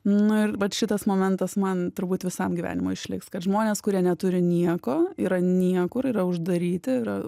nu ir vat šitas momentas man turbūt visam gyvenimui išliks kad žmonės kurie neturi nieko yra niekur yra uždaryti yra